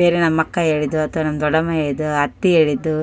ಬೇರೆ ನಮ್ಮ ಅಕ್ಕ ಹೇಳಿದ್ದು ಅಥ್ವ ನಮ್ಮ ದೊಡ್ಡಮ್ಮ ಹೇಳಿದ್ದು ಅತ್ತೆ ಹೇಳಿದ್ದು